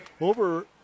over